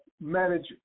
manage